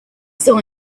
saw